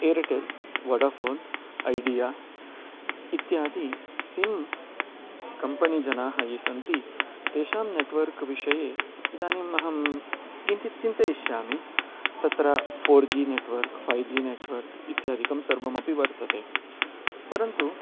Airtel Vodafone Idea इत्यादि sim company जनाः ये सन्ति तेषां नेट्वर्क् विषये इदानीम् अहं किञ्चित् चिन्तयिष्यामि तत्र four G network five G network इत्यादिकं सर्वमपि वर्तते परन्तु